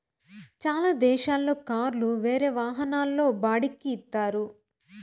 చాలా దేశాల్లో కార్లు వేరే వాహనాల్లో బాడిక్కి ఇత్తారు